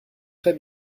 très